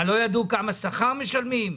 מה, לא ידעו כמה שכר משלמים?